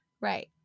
Right